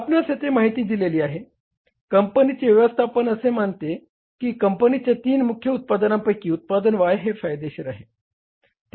आपणास येथे माहिती दिलेली आहे कंपनीचे व्यवस्थापन असे मानते की कंपनीच्या तीन मुख्य उत्पादनांपैकी उत्पादन Y हे फायदेशीर नाही